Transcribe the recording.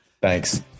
Thanks